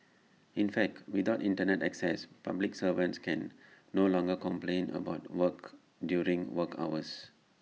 in fact without Internet access public servants can no longer complain about work during work hours